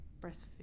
breastfeed